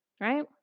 Right